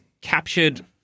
captured